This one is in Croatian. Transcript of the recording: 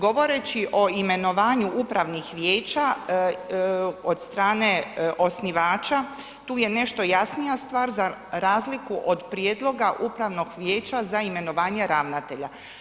Govoreći o imenovanju upravnih vijeća od strane osnivača, tu je nešto jasnija stvar za razliku od prijedloga upravnog vijeća za imenovanje ravnatelja.